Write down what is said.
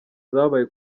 zabaye